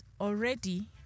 already